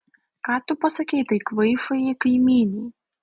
ką tu pasakei tai kvaišajai kaimynei